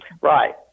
right